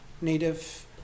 Native